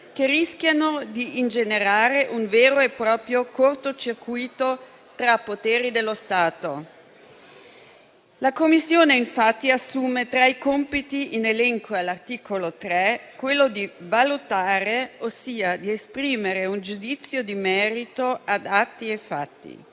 che rischiano di ingenerare un vero e proprio cortocircuito tra poteri dello Stato. La Commissione infatti assume, tra i compiti in elenco all'articolo 3, quello di valutare, ossia di esprimere un giudizio di merito, ad atti e fatti.